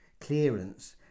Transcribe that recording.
clearance